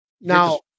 Now